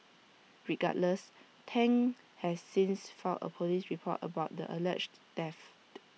regardless Tang has since filed A Police report about the alleged theft